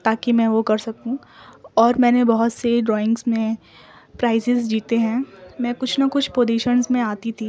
تاکہ میں وہ کر سکوں اور میں نے بہت سے ڈرائنگس میں پرائزز جیتے ہیں میں کچھ نہ کچھ پودیشنس میں آتی تھی